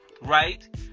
Right